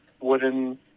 wooden